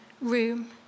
room